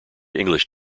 english